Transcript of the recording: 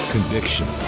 Conviction